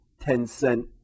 ten-cent